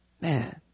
man